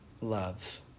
love